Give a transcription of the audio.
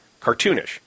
cartoonish